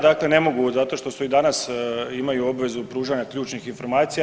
Dakle ne mogu, zato što su i danas imaju obvezu pružanja ključnih informacija.